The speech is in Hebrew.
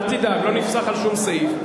אל תדאג, לא נפסח על שום סעיף.